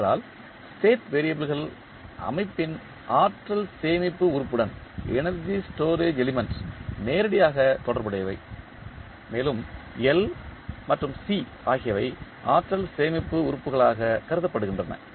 ஏனென்றால் ஸ்டேட் வெறியபிள்கள் அமைப்பின் ஆற்றல் சேமிப்பு உறுப்புடன் நேரடியாக தொடர்புடையவை மேலும் L மற்றும் C ஆகியவை ஆற்றல் சேமிப்பு உறுப்புகளாக கருதப்படுகின்றன